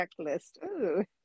checklist